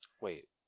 Wait